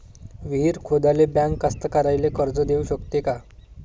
विहीर खोदाले बँक कास्तकाराइले कर्ज देऊ शकते का?